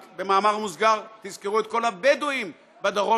רק במאמר מוסגר תזכרו את כל הבדואים בדרום,